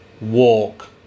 walk